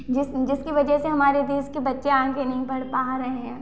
जिस जिसकी वजह से हमारे देश के बच्चे आगे नहीं बढ़ पा रहे हैं